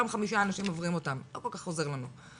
אותם רק חמישה אנשים וזה לא כל כך עוזר לנו.